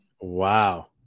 Wow